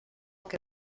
que